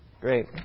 Great